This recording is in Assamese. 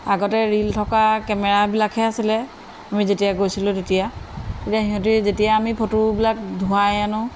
আগতে ৰীল থকা কেমেৰাবিলাকহে আছিলে আমি যেতিয়া গৈছিলোঁ তেতিয়া এতিয়া সিহঁতি যেতিয়া আমি ফটোবিলাক ধুৱাই আনো